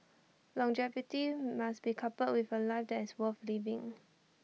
longevity must be coupled with A life that is worth living